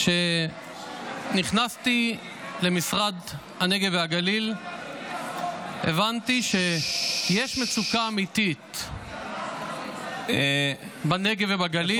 כשנכנסתי למשרד הנגב והגליל הבנתי שיש מצוקה אמיתית בנגב ובגליל,